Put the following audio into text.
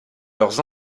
leurs